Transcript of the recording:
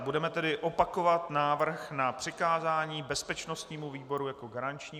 Budeme tedy opakovat návrh na přikázání bezpečnostnímu výboru jako garančnímu.